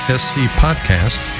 scpodcast